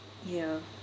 ya